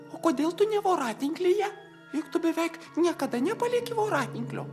o kodėl tu ne voratinklyje juk tu beveik niekada nepalieki voratinklio